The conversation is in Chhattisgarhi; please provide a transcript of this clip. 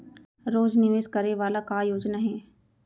रोज निवेश करे वाला का योजना हे?